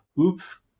oops